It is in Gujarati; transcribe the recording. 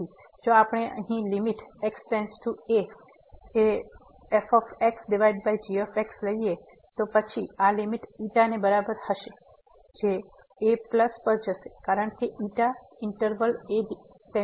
તેથી જો આપણે અહીં limit x → a f g લઈએ અને પછી આ લીમીટ ને બરાબર હશે જે a પર જશે કારણ કે ξ ઈન્ટરવલ a → x માં છે